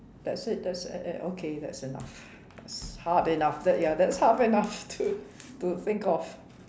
that's it that's that's that's okay that's enough that's hard enough that ya that's hard enough to think of